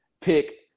pick